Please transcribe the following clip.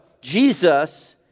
Jesus